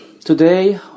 today